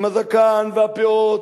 עם הזקן והפאות,